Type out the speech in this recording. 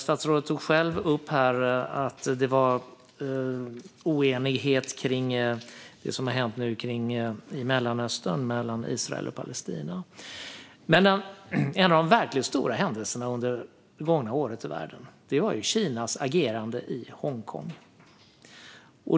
Statsrådet tog själv upp här att det var oenighet om det som nu har hänt i Mellanöstern mellan Israel och Palestina. En av de verkligt stora händelserna under det gångna året i världen var Kinas agerande i Hongkong.